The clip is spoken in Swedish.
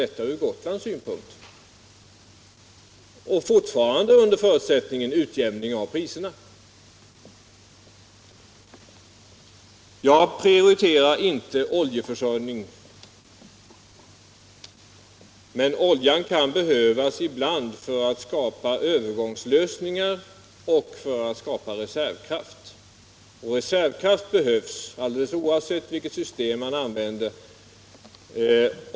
Det borde väl inte finnas mer än en mening om detta från Gotlands synpunkt. Jag prioriterar inte oljeförsörjning, men oljan kan behövas ibland för att möjliggöra övergångslösningar och för att skapa reservkraft. Reservkraft behövs oavsett vilket system man använder.